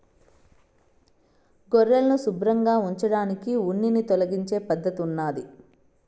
గొర్రెలను శుభ్రంగా ఉంచడానికి ఉన్నిని తొలగించే పద్ధతి ఉన్నాది